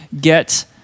get